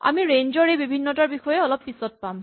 আমি ৰেঞ্জ ৰ এই বিভিন্নতাৰ বিষয়ে অলপ পিছত চাম